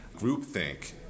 Groupthink